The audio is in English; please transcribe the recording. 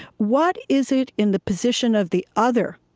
what is it in the position of the other